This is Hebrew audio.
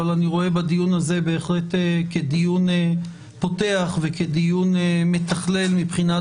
אבל אני רואה בדיון הזה בהחלט כדיון פותח וכדיון מתכלל מבחינת